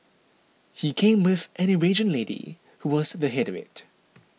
he came with an Eurasian lady who was the head of it